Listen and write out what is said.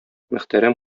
мөхтәрәм